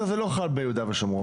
שלום לכולם,